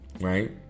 right